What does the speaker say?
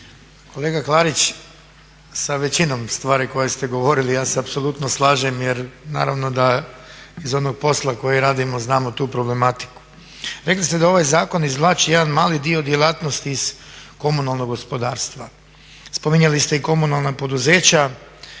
Kolega Klarić sa većinom stvari koje ste govorili ja se apsolutno slažem jer naravno da iz onog posla koji radimo znamo tu problematiku. Rekli ste da ovaj zakon izvlači jedan mali dio djelatnosti iz komunalnog gospodarstva, spominjali ste i komunalna poduzeća